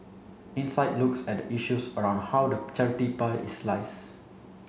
insight looks at the issues around how the charity pie is sliced